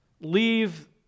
leave